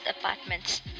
apartments